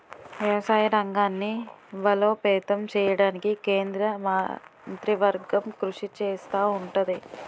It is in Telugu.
వ్యవసాయ రంగాన్ని బలోపేతం చేయడానికి కేంద్ర మంత్రివర్గం కృషి చేస్తా ఉంటది